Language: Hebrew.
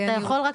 אתה יכול רק,